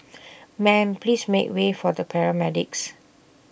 ma'am please make way for the paramedics